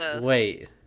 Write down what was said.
wait